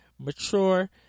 Mature